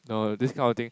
no this kind of thing